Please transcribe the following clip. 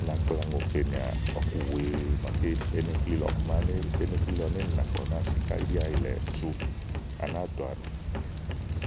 una kpla ùŋò fènìà ɔku wèe màaké é né flilɔ ɔku maké éné flilɔ ni éè nì nàkpɔ̀ nàáa si kayi, íɖì àyìlɛ̀ súù à nàáa dò aɖub.